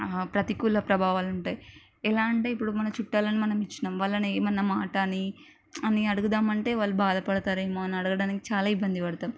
ప్రతికూల ప్రభావాలు ఉంటాయి ఎలా అంటే ఇప్పుడు మన చుట్టాలను మనం ఇచ్చినాం వాళ్ళను ఏమన్నా మాట అని అని అడుగుదాం అంటే వాళ్ళు బాధపడతారేమో అని అడగడానికి చాలా ఇబ్బంది పడతాం